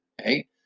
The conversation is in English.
Okay